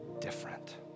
different